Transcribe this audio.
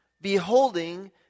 beholding